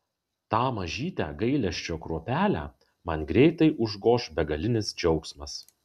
tą mažytę gailesčio kruopelę man greitai užgoš begalinis džiaugsmas